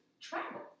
travel